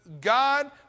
god